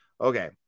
okay